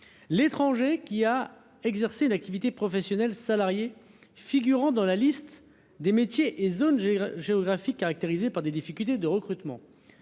l’étranger qui a exercé une activité professionnelle salariée figurant dans la liste des métiers et zones géographiques caractérisés par des difficultés de recrutement